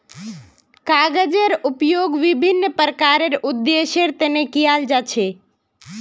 कागजेर उपयोग विभिन्न प्रकारेर उद्देश्येर तने कियाल जा छे